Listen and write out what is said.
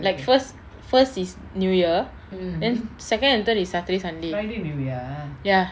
like first first is new year then second and third is saturday sunday ya